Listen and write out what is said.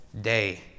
day